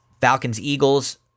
Falcons-Eagles